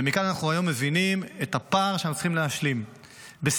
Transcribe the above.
ומכאן אנחנו היום מבינים את הפער שאנחנו צריכים להשלים בסיוע,